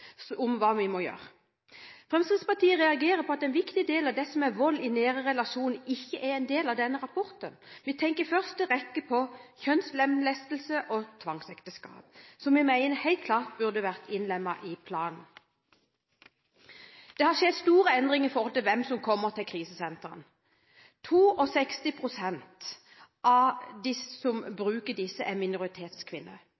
om hva vi må gjøre. Fremskrittspartiet reagerer på at en viktig del av det som er vold i nære relasjoner, ikke er en del av denne rapporten. Vi tenker i første rekke på kjønnslemlestelse og tvangsekteskap, som vi helt klart mener burde vært innlemmet i planen. Det har skjedd store endringer når det gjelder hvem som kommer til krisesentrene. 62 pst. av dem som